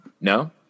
No